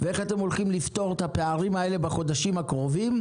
ואיך אתם הולכים לפתור את הפערים האלה בחודשים הקרובים.